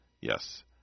Yes